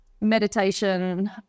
meditation